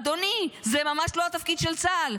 אדוני, זה ממש לא התפקיד של צה"ל.